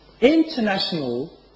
international